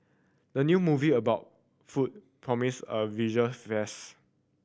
the new movie about food promiseb a visual feast